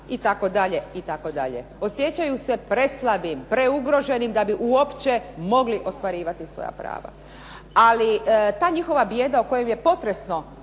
rad, itd., itd. Osjećaju se preslabim, preugroženim da bi uopće mogli ostvarivati svoja prava. Ali ta njihova bijeda o kojoj je potresno,